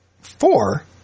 Four